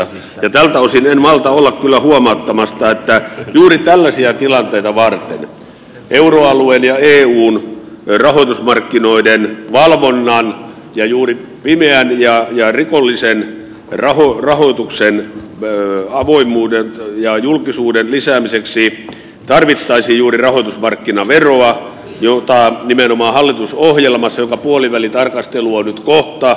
tältä osin en malta olla kyllä huomauttamatta että juuri tällaisia tilanteita varten euroalueen ja eun rahoitusmarkkinoiden valvonnan ja juuri pimeän ja rikollisen rahoituksen avoimuuden ja julkisuuden lisäämiseksi tarvittaisiin juuri rahoitusmarkkinaveroa josta on nimenomaan hallitusohjelmassa jonka puolivälitarkastelu on nyt kohta